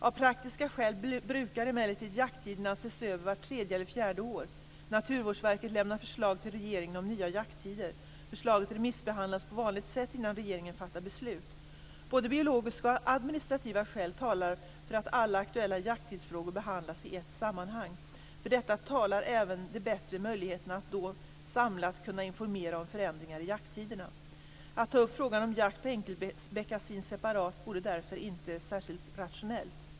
Av praktiska skäl brukar emellertid jakttiderna ses över vart tredje eller fjärde år. Naturvårdsverket lämnar förslag till regeringen om nya jakttider. Förslaget remissbehandlas på vanligt sätt innan regeringen fattar beslut. Både biologiska och administrativa skäl talar för att alla aktuella jakttidsfrågor behandlas i ett sammanhang. För detta talar även de bättre möjligheterna att då samlat kunna informera om förändringar i jakttiderna. Att ta upp frågan om jakt på enkelbeckasin separat vore därför inte särskilt rationellt.